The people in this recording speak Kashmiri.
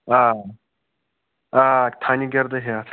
آ آ آ تھٔنہِ گِردٕ ہیٚتھ